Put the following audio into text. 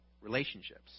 relationships